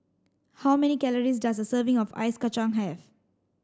how many calories does a serving of Ice Kacang have